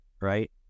right